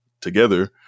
together